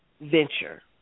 venture